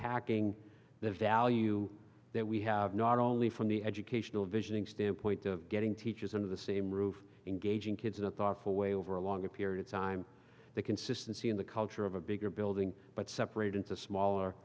packing the value that we have not only from the educational visioning standpoint of getting teachers into the same roof engaging kids in a thoughtful way over a longer period of time the consistency in the culture of a bigger building but separate into smaller